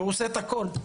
שהוא עושה את הכול.